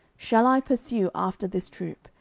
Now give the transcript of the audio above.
shall i pursue after this troop?